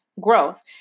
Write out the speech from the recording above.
growth